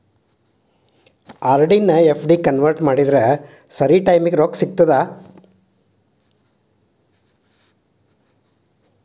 RD ಎನ್ನಾ FD ಗೆ convert ಮಾಡಿದ್ರ ಸರಿ ಟೈಮಿಗಿ ಕೈಯ್ಯಾಗ ರೊಕ್ಕಾ ಸಿಗತ್ತಾ